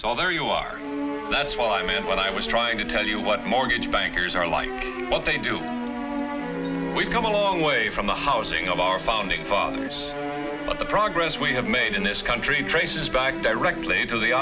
all there you are that's what i meant when i was trying to tell you what mortgage bankers are like what they do we've come a long way from the housing of our founding father of the progress we have made in this country traces back directly to the